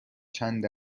چند